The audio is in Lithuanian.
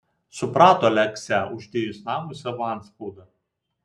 suprato aleksę uždėjus namui savo antspaudą